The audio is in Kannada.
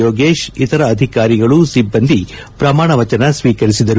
ಯೋಗೇಶ್ ಇತರ ಅಧಿಕಾರಿಗಳು ಸಿಬ್ಬಂದಿ ಪ್ರಮಾಣ ವಚನ ಸ್ವೀಕರಿಸಿದರು